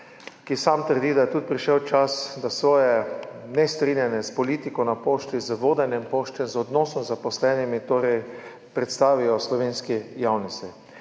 ki sam trdi, da je prišel čas, da svoje nestrinjanje s politiko na Pošti, z vodenjem Pošte, z odnosom z zaposlenimi predstavijo slovenski javnosti.